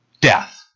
death